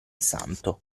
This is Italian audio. santo